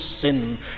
sin